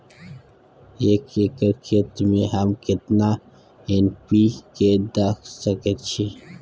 एक एकर खेत में हम केतना एन.पी.के द सकेत छी?